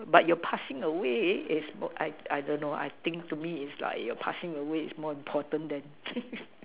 but your passing away is more I I don't know I think to me is like your passing away is more important than